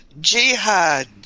jihad